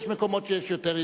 יש מקומות שיש יותר,